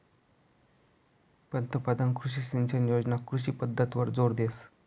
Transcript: पंतपरधान कृषी सिंचन योजना कृषी पद्धतवर जोर देस